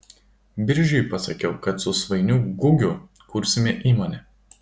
biržiui pasakiau kad su svainiu gugiu kursime įmonę